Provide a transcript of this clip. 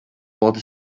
bought